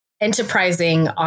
enterprising